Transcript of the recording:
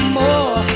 more